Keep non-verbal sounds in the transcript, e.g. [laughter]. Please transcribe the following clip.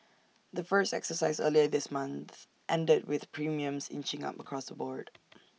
the first exercise earlier this month ended with premiums inching up across the board [noise]